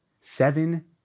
seven